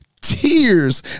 tears